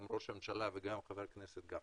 גם ראש הממשלה וגם חבר הכנסת גפני.